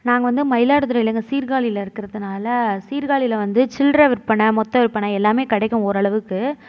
நாங்கள் வந்து மயிலாடுதுறையில் இல்லைங்க சீர்காழியில் இருக்கறத்துனால் சீர்காழியில் வந்து சில்லற விற்பனை மொத்த விற்பனை எல்லாமே கிடைக்கும் ஓரளவுக்கு